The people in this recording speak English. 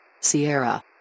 Sierra